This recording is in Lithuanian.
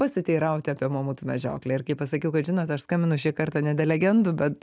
pasiteirauti apie mamutų medžioklę ir kai pasakiau kad žinot aš skambinu šį kartą ne dėl legendų bet